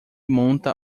monta